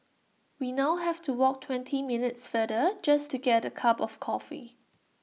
we now have to walk twenty minutes farther just to get A cup of coffee